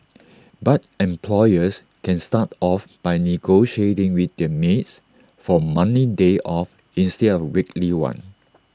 but employers can start off by negotiating with their maids for A monthly day off instead of A weekly one